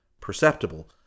perceptible